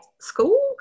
school